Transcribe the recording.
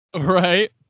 Right